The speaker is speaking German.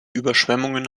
überschwemmungen